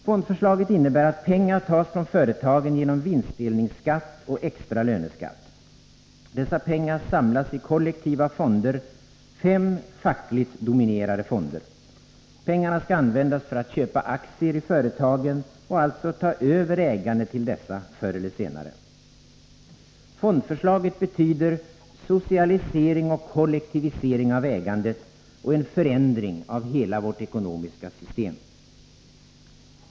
Fondförslaget innebär att pengar tas från företagen genom vinstdelningsskatt och extra löneskatt. Dessa pengar samlas i kollektiva fonder — fem fackligt dominerade fonder. Pengarna skall användas för att köpa aktier i företagen och alltså ta över ägandet till dessa förr eller senare. Fondförslaget betyder socialisering och kollektivisering av ägandet och en förändring av hela vårt ekonomiska system.